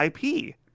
IP